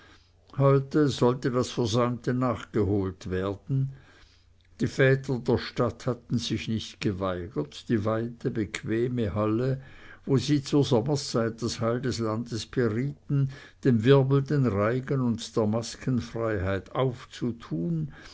heute sollte das versäumte nachgeholt werden die väter der stadt hatten sich nicht geweigert die weite bequeme halle wo sie zur sommerszeit das heil des landes berieten dem wirbelnden reigen und der maskenfreiheit aufzutun